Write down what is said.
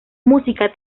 música